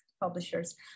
publishers